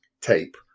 tape